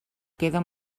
queda